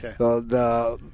Okay